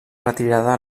retirada